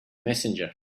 messenger